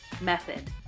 method